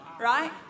right